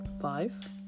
five